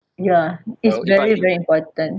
ya it's very very important